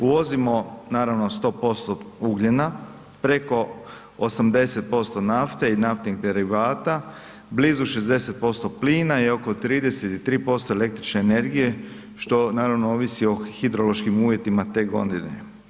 Uvozimo naravno 100% ugljena, preko 80% nafte i naftnih derivata, blizu 60% plina i oko 33% električne energije što naravno ovisi o hidrološkim uvjetima te godine.